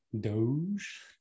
Doge